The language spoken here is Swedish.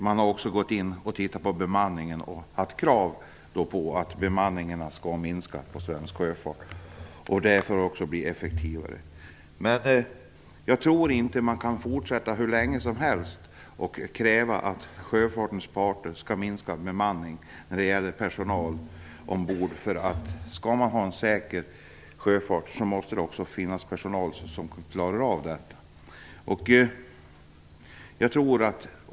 Man har också gått in och tittat på bemanningen och ställt krav på att bemanningen skall minska i svensk sjöfart. Det görs också för att sjöfarten skall bli effektivare. Jag tror inte att man kan fortsätta hur länge som helst och kräva att sjöfartens parter skall minska bemanningen ombord. Skall man ha en säker sjöfart måste det också finnas personal som klarar av jobbet.